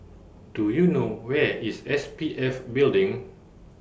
Do YOU know Where IS S P F Building